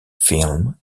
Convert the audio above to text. film